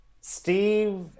Steve